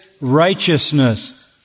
righteousness